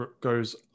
goes